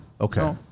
Okay